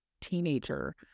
teenager